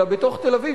אלא בתוך תל-אביב,